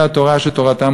בתורה ובתעסוקה,